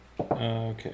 Okay